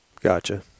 Gotcha